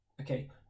okay